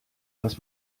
was